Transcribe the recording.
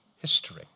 history